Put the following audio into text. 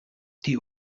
die